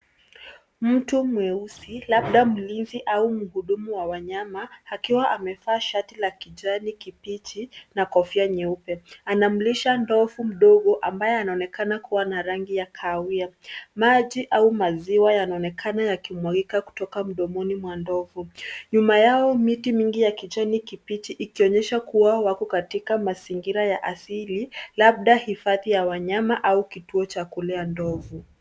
Mtu mweusi labda mlinzi au mhudumu wa wanyama akiwa amevaa shati la kijani kibichi na kofia nyeupe. Anamlisha ndovu mdogo ambaye anaonekana kuwa na rangi ya kahawia. Maji au maziwa yanaonekana yakimwagika kutoka mdomoni mwa ndovu. Nyuma yao miti mingi ya kijani kibichi ikionyesha kuwa wako katika mazingira ya asili, labda hifadhi ya wanyama au kituo cha kulea ndovu.